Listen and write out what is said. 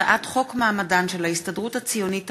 הצעת חוק מעמדן של ההסתדרות הציונית